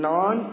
Non